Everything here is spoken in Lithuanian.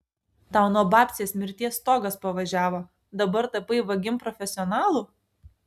tau nuo babcės mirties stogas pavažiavo dabar tapai vagim profesionalu